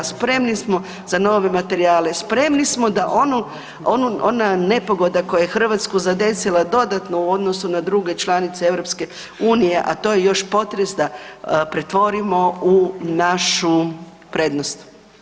Spremni smo za nove materijale, spremni smo da onu, ona nepogoda koja je Hrvatsku zadesila dodatno u odnosu na druge članice EU, a to je još potres, da pretvorimo u našu prednost.